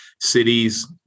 cities